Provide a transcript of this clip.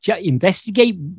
investigate